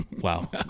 Wow